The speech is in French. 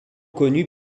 connue